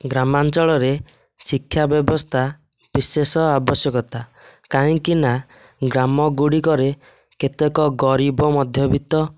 ଗ୍ରାମାଞ୍ଚଳରେ ଶିକ୍ଷା ବ୍ୟବସ୍ଥା ବିଶେଷ ଆବଶ୍ୟକତା କାହିଁକି ନା ଗ୍ରାମଗୁଡ଼ିକରେ କେତେକ ଗରିବ ମଧ୍ୟବିତ୍ତ